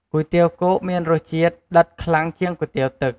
គុយទាវគោកមានរសជាតិ ដិតខ្លាំងជាងគុយទាវទឹក។